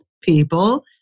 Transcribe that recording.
people